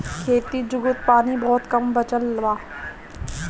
खेती जुगुत पानी बहुत कम बचल बा